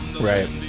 right